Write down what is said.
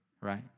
right